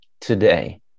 today